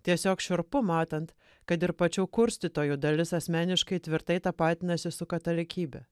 tiesiog šiurpu matant kad ir pačių kurstytojų dalis asmeniškai tvirtai tapatinasi su katalikybe